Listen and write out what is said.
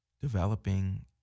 developing